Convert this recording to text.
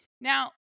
Now